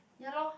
ya lor